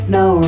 no